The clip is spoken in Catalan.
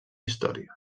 història